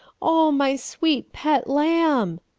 oh, my sweet pet lamb!